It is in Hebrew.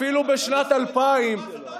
אפילו בשנת 2000,